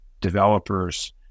developers